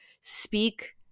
speak